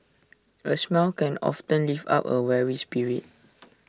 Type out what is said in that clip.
A smile can often lift up A weary spirit